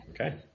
Okay